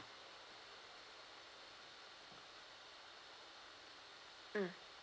mm